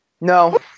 No